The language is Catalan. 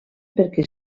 perquè